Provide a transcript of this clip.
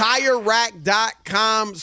TireRack.com